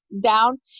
down